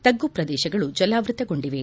ತಗ್ಗು ಪ್ರದೇಶಗಳು ಜಲಾವೃತಗೊಂಡಿವೆ